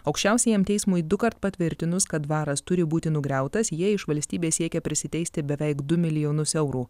aukščiausiajam teismui dukart patvirtinus kad dvaras turi būti nugriautas jie iš valstybės siekia prisiteisti beveik du milijonus eurų